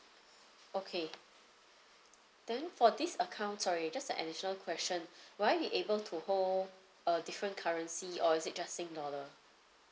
okay then for this account sorry just an additional question will I be able to hold a different currency or is it just sing dollar